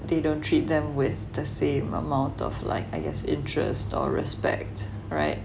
they don't treat them with the same amount of like I guess interest or respect [right]